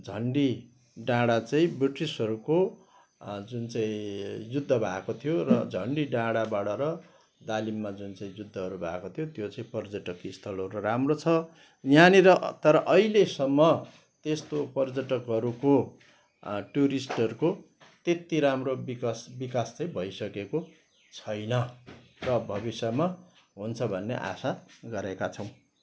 झन्डी डाँडा चाहिँ ब्रिटिसहरूको जुन चाहिँ युद्ध भएको थियो र झन्डी डाँडाबाट र दालिममा जुन चाहिँ युद्धहरू भएको थियो त्यो चाहिँ पर्यटक स्थलहरू राम्रो छ यहाँनिर तर अहिलेसम्म त्यस्तो पर्यटकहरूको टुरिस्टहरूको त्यति राम्रो बिकास बिकास चाहिँ भइसकेको छैन र भविष्यमा हुन्छ भन्ने आशा गरेका छौँ